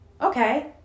Okay